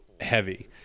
heavy